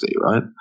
right